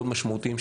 מאוד משמעותיים,